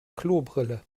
klobrille